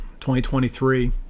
2023